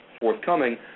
forthcoming